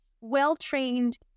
well-trained